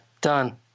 Done